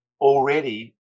Already